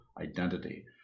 identity